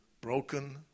broken